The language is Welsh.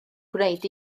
gwneud